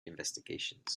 investigations